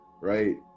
right